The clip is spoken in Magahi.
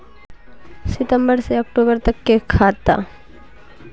सितम्बर से अक्टूबर तक के खाता?